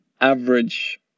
average